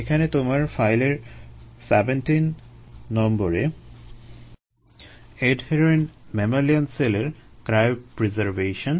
এখানে তোমার ফাইলের 17 নম্বরে এডহেরেন্ট ম্যামালিয়ান সেলের ক্রাইয়োপ্রিসারভেশন